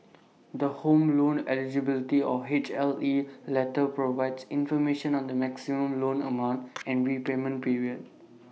the home loan eligibility or HLE letter provides information on the maximum loan amount and repayment period